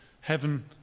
heaven